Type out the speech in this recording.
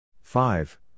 Five